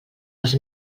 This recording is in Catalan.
dels